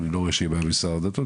במשרד הדתות,